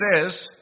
says